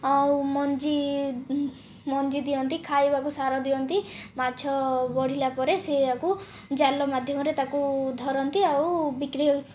ଆଉ ମଞ୍ଜି ମଞ୍ଜି ଦିଅନ୍ତି ଖାଇବାକୁ ସାର ଦିଅନ୍ତି ମାଛ ବଢ଼ିଲାପରେ ସେଇଆକୁ ଜାଲ ମାଧ୍ୟମରେ ତାକୁ ଧରନ୍ତି ଆଉ ବିକ୍ରି